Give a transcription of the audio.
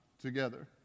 together